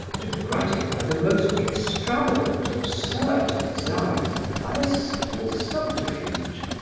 to gratify the most extravagant, absurd desires by a subtle subterfuge,